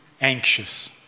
anxious